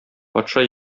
патша